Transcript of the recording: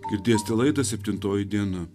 girdėsite laidą septintoji diena